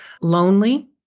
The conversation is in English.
lonely